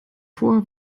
vor